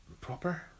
proper